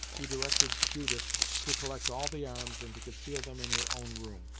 he directed judith to collect all the arms and to conceal them in her own room.